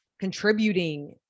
contributing